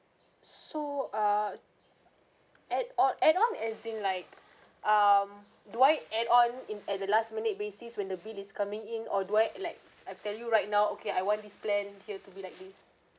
so ah add o~ add on as in like um do I add on in at the last minute basis when the bill is coming in or do I uh like I tell you right now okay I want this plan here to be like this